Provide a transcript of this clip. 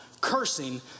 cursing